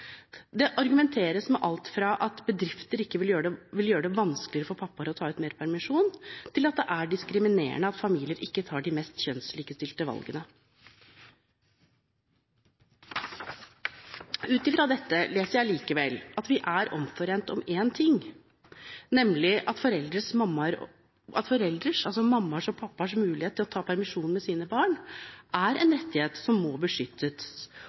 Det argumenteres med alt fra at bedrifter vil gjøre det vanskeligere for pappaer å ta ut mer permisjon, til at det er diskriminerende at familier ikke tar de mest kjønnslikestilte valgene. Ut fra dette leser jeg likevel at vi er omforent om én ting, nemlig at foreldres, altså mammaer og pappaers, mulighet til å ta permisjon med sine barn er en rettighet som må beskyttes,